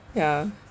ya